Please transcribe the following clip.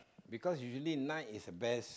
because usually night is best